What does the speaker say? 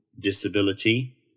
disability